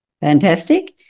Fantastic